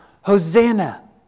Hosanna